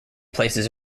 places